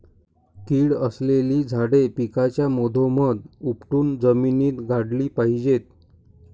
कीड असलेली झाडे पिकाच्या मधोमध उपटून जमिनीत गाडली पाहिजेत